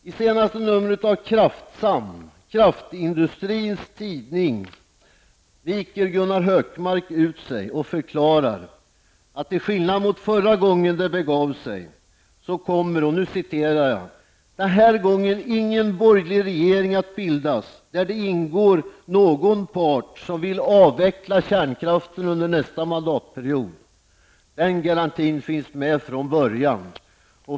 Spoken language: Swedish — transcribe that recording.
I senaste numret av Kraftsam, kraftindustrins tidning, viker Gunnar Hökmark ut sig och förklarar, att till skillnad mot förra gången det begav sig så kommer ''den här gången ingen borgerlig regering att bildas där det ingår någon part som vill avveckla kärnkraften under nästa mandatperiod. Den garantin finns med från början.''